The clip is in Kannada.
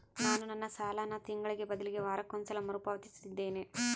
ನಾನು ನನ್ನ ಸಾಲನ ತಿಂಗಳಿಗೆ ಬದಲಿಗೆ ವಾರಕ್ಕೊಂದು ಸಲ ಮರುಪಾವತಿಸುತ್ತಿದ್ದೇನೆ